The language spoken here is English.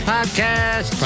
Podcast